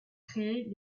créées